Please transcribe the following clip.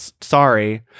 Sorry